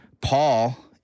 Paul